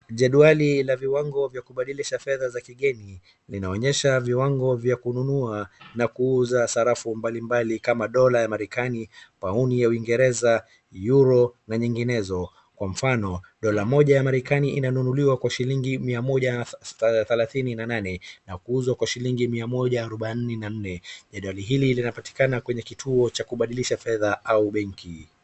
Jedwali la viwango vya kubadilisha fedha za kigeni linaonyesha viwango vya kununua na kuuza sarafu mbalimbali kama dola ya Marekani, pauni ya Uingereza, Euro na nyinginezo. Kwa mfano, dola moja ya Marekani inanunuliwa kwa shilingi mia moja thelathini na nane na kuuzwa kwa shilingi mia moja arobaini na nne. Jedwali hili linapatikana kwenye kituo cha kubadilisha fedha au benki.